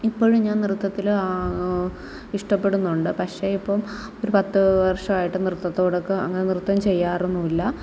ഇപ്പോഴും ഞാൻ നൃത്തത്തിൽ ആ ഇഷ്ടപ്പെടുന്നുണ്ട് പക്ഷേ ഇപ്പം ഒരു പത്തു വർഷമായിട്ട് നൃത്തത്തോടൊക്കെ അങ്ങനെ നൃത്തം ചെയ്യാറൊന്നുമില്ല